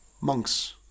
Monks